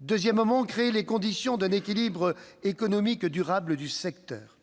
deuxièmement, créer les conditions d'un équilibre économique durable du secteur